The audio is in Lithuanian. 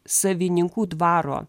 savininkų dvaro